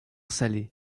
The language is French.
salé